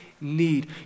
need